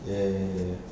ya ya ya